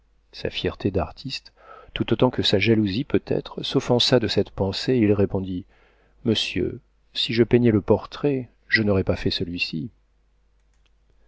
sa fierté d'artiste tout autant que sa jalousie peut-être s'offensa de cette pensée et il répondit monsieur si je peignais le portrait je n'aurais pas fait celui-ci